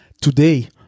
Today